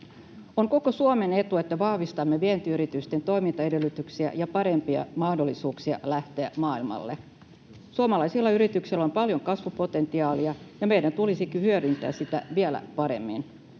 On koko Suomen etu, että vahvistamme vientiyritysten toimintaedellytyksiä ja parempia mahdollisuuksia lähteä maailmalle. Suomalaisilla yrityksillä on paljon kasvupotentiaalia, ja meidän tulisikin hyödyntää sitä vielä paremmin.